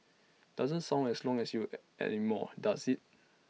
doesn't sound as long as you anymore does IT